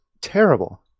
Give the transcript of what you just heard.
terrible